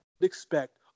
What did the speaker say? expect